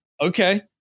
Okay